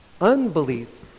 unbelief